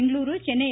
Bengaluru Chennai எ